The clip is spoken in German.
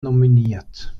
nominiert